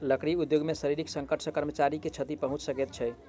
लकड़ी उद्योग मे शारीरिक संकट सॅ कर्मचारी के क्षति पहुंच सकै छै